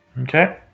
Okay